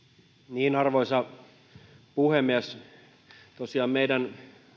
arvoisa puhemies tosiaan meidän